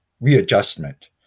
readjustment